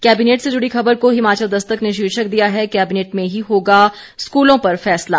cabinet से जुडी खबर को हिमाचल दस्तक ने शीर्षक दिया है कैबिनेट में ही होगा स्कूलों पर फैसला